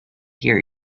hear